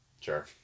Sure